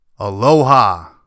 Aloha